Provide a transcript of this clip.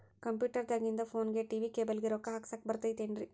Computer ದಾಗಿಂದ್ ಫೋನ್ಗೆ, TV cable ಗೆ, ರೊಕ್ಕಾ ಹಾಕಸಾಕ್ ಬರತೈತೇನ್ರೇ?